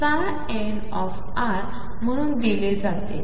म्हणूनदिलेजाते